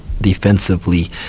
defensively